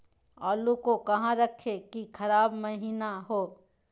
आलू को कहां रखे की खराब महिना हो?